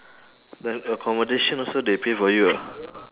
then accommodation also they pay for you ah